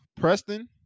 Preston